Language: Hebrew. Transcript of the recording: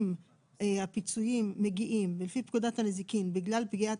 אם הפיצויים מגיעים לפי פקודת הנזיקין בגלל פגיעת